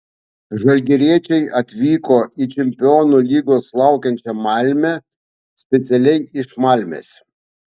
žalgiriečiai atvyko į čempionų lygos laukiančią malmę specialiai iš malmės